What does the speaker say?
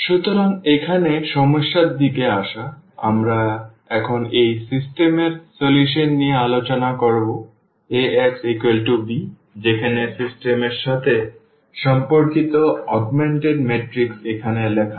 সুতরাং এখানে সমস্যার দিকে এসে আমরা এখন এই সিস্টেম এর সমাধান নিয়ে আলোচনা করব Ax b যেখানে সিস্টেম এর সাথে সম্পর্কিত অগমেন্টেড ম্যাট্রিক্স এখানে লেখা আছে